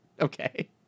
Okay